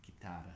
Guitar